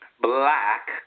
black